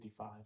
55